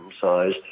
size